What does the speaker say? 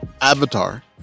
avatar